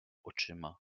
oczyma